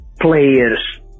players